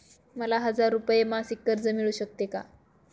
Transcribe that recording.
मला हजार रुपये मासिक कर्ज मिळू शकते का?